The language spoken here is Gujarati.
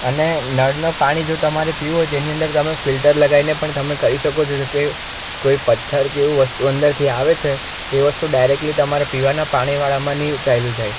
અને નળનું પાણી જો તમારે પીવું હોય તો એની અંદર તમે ફિલ્ટર લગાવીને પણ તમે કરી શકો છો જો કે કોઈ પથ્થર કે એવું વસ્તુ અંદરથી આવે છે એ વસ્તુ ડાઇરેક્ટલી તમારે પીવાનાં પાણીવાળામાં નહીં ચાલ્યું જાય